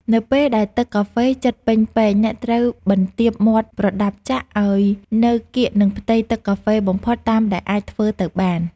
នៅពេលដែលទឹកកាហ្វេជិតពេញពែង អ្នកត្រូវបន្ទាបមាត់ប្រដាប់ចាក់ឱ្យនៅកៀកនឹងផ្ទៃទឹកកាហ្វេបំផុតតាមដែលអាចធ្វើទៅបាន។